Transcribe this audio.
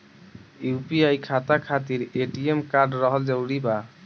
UPI खाता खातिर ATM card रहल जरूरी बा?